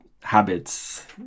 habits